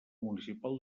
municipal